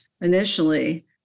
initially